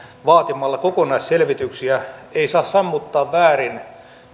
vaatimalla kokonaisselvityksiä ei saa sammuttaa väärin